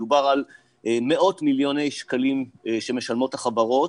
מדובר על מאות מיליוני שקלים שמשלמות החברות